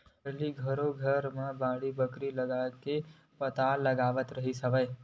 पहिली घरो घर बाड़ी बखरी लगाके पताल लगावत रिहिस हवय